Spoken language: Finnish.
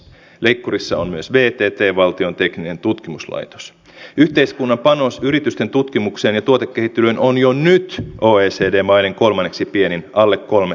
sen lisäksi haluaisin kysyä kun on myöskin valtiovarainvaliokunnan tuella nyt haluttu pk yritysten vientiponnisteluihin kannustaa ja meillä on loistava kärkihankelistaus ja yli miljardi rahaa tällä hallituskaudella kärkihankkeisiin